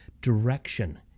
direction